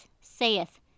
saith